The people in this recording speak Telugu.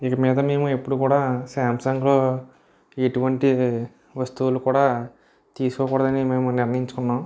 ఇకమీద మేము ఎప్పుడూ కూడా శాంసంగ్లో ఎటువంటి వస్తువులు కూడా తీసుకోకూడదని మేము నిర్ణయించుకున్నాము